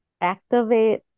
activate